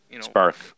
Spark